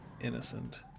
innocent